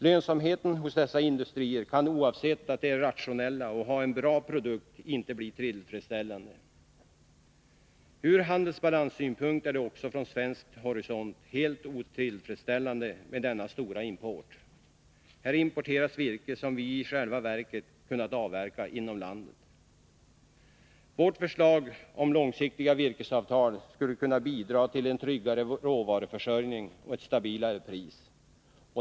Lönsamheten hos dessa industrier kan inte bli tillfredsställande, oavsett att de är rationella och har en bra produkt. Ur handelsbalanssynpunkt är det också från svensk horisont helt otillfredsställande med denna stora import. Här importeras virke, som vi i själva verket hade kunnat avverka inom landet. Vårt förslag om långsiktiga virkesavtal skulle kunna bidra till en tryggare råvaruförsörjning och ett stabilare pris.